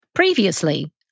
previously